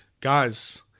Guys